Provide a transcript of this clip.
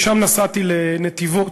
משם נסעתי לנתיבות,